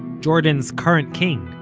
jordan's current king,